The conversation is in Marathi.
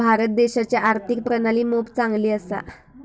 भारत देशाची आर्थिक प्रणाली मोप चांगली असा